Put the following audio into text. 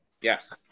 Yes